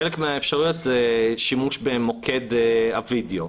חלק מהאפשרויות זה שימוש במוקד הווידיאו.